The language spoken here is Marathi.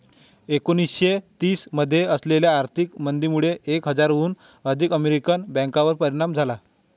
एकोणीसशे तीस मध्ये आलेल्या आर्थिक मंदीमुळे एक हजाराहून अधिक अमेरिकन बँकांवर परिणाम झाला